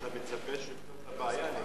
אתה מקווה שהוא יפתור את הבעיה?